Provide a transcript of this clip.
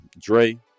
Dre